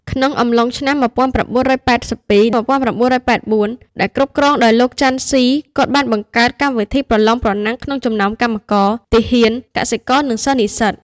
ក្នុងអំឡុងឆ្នាំ (១៩៨២-១៩៨៤) ដែលគ្រប់គ្រងដោយលោកចាន់ស៊ី គាត់បានបង្កើតកម្មវិធីប្រលងប្រណាំងក្នុងចំនោមកម្មករ ទាហាន កសិករ និងសិស្សនិស្សិត។